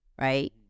right